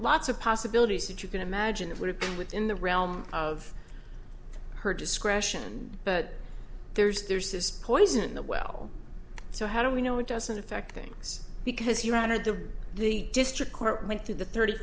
lots of possibilities and you can imagine it would have been within the realm of her discretion but there's there's this poison the well so how do we know it doesn't affect things because you had the the district court went through the thirty